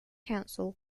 council